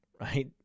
right